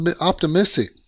optimistic